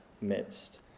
midst